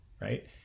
right